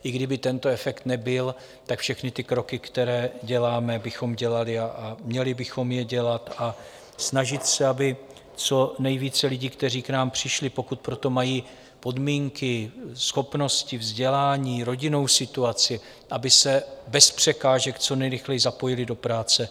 I kdyby tento efekt nebyl, tak všechny kroky, které děláme, bychom dělali, a měli bychom je dělat a snažit se, aby co nejvíce lidí, kteří k nám přišli, pokud pro to mají podmínky, schopnosti, vzdělání, rodinnou situaci, aby se bez překážek co nejrychleji zapojili do práce.